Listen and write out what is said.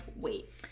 wait